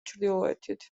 ჩრდილოეთით